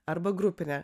arba grupinė